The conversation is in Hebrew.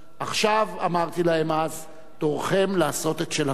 עכשיו, אמרתי להם אז תורכם לעשות את שלכם.